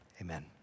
Amen